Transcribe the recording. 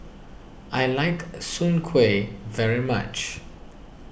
I like Soon Kway very much